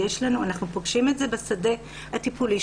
אנחנו פוגשים את זה בשדה הטיפולי,